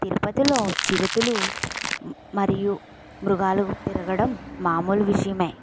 తిరుపతిలో చిరుతలు మరియు మృగాలు తిరగడం మామూలు విషయమే